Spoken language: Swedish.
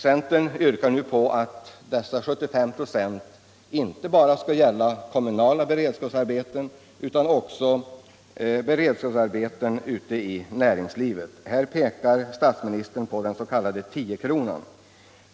Centern yrkar nu på att dessa 75 96 inte bara skall gälla kommunala beredskapsarbeten utan också beredskapsarbeten ute i näringslivet. Här pekar statsministern på den s.k. tiokronan.